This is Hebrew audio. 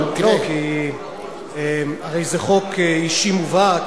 אבל תראה, הרי זה חוק אישי מובהק.